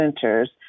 centers